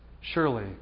Surely